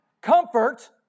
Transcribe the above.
comfort